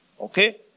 Okay